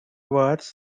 wars